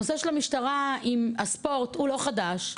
הנושא של המשטרה עם הספורט הוא לא חדש.